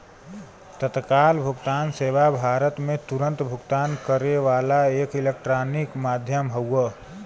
तत्काल भुगतान सेवा भारत में तुरन्त भुगतान करे वाला एक इलेक्ट्रॉनिक माध्यम हौ